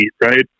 right